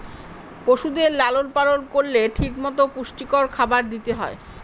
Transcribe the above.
পশুদের লালন পালন করলে ঠিক মতো পুষ্টিকর খাবার দিতে হয়